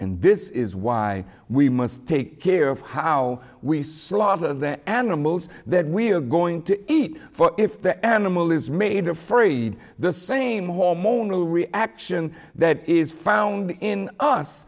and this is why we must take care of how we slaughter the animals that we are going to eat for if the animal is made of fried the same hormonal reaction that is found in us